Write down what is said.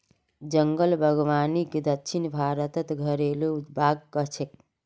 जंगल बागवानीक दक्षिण भारतत घरेलु बाग़ कह छे